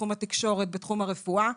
התקשורת והרפואה.